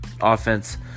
offense